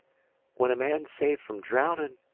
when a man's saved from drowning